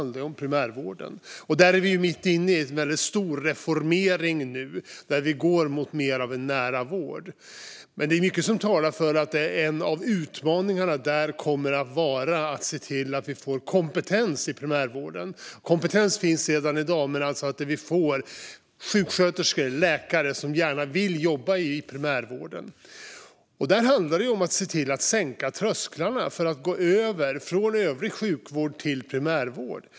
Där är vi mitt inne i en stor reformering, och vi går mot mer nära vård. Men mycket talar för att en av utmaningarna kommer att vara att se till att få kompetens i primärvården. Kompetens finns redan i dag, men vi ska få sjuksköterskor och läkare som gärna vill jobba i primärvården. Det handlar om att sänka trösklarna för att gå över från övrig sjukvård till primärvård.